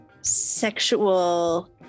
sexual